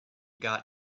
got